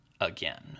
again